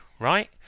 Right